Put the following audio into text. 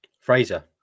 Fraser